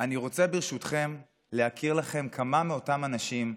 אני רוצה, ברשותכם, להכיר לכם כמה מאותם אנשים,